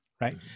right